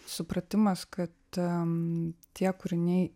supratimas kad ten tie kūriniai